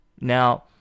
Now